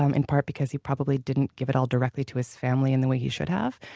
um in part because he probably didn't give it all directly to his family in the way he should have.